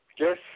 Yes